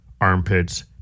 armpits